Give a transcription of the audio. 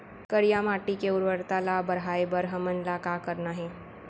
करिया माटी के उर्वरता ला बढ़ाए बर हमन ला का करना हे?